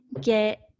get